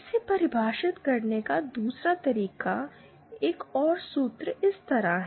इसे परिभाषित करने का दूसरा तरीका एक और सूत्र इस तरह है